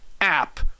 app